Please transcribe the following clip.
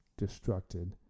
destructed